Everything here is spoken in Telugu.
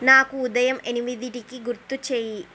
నాకు ఉదయం ఎనిమిదిటికి గుర్తు చేయి